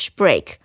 break